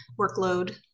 workload